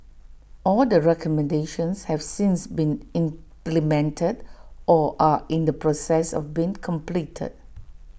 all the recommendations have since been implemented or are in the process of being completed